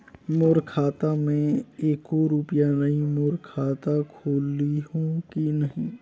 मोर खाता मे एको रुपिया नइ, मोर खाता खोलिहो की नहीं?